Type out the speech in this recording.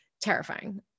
terrifying